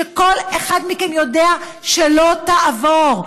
שכל אחד מכם יודע שלא תעבור,